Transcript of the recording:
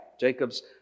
Jacob's